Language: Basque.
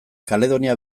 kaledonia